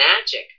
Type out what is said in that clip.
magic